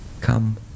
Come